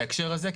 בהקשר הזה,